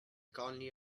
colony